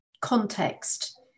context